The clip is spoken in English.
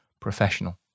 professional